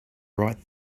right